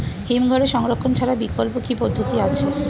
হিমঘরে সংরক্ষণ ছাড়া বিকল্প কি পদ্ধতি আছে?